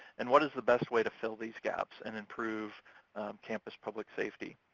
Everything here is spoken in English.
and what is the best way to fill these gaps and improve campus public safety?